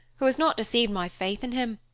who has not deceived my faith in him.